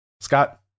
Scott